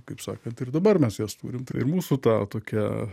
kaip sakant ir dabar mes jas turim tai ir mūsų tą tokią